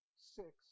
six